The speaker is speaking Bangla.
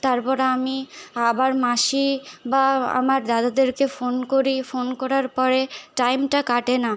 তারপর আমি আবার মাসি বা আমার দাদাদেরকে ফোন করি ফোন করার পরে টাইমটা কাটে না